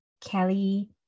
Kelly